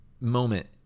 moment